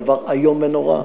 דבר איום ונורא,